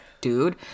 dude